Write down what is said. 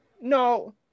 No